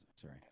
Sorry